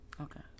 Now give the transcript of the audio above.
Okay